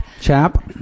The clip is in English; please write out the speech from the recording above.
Chap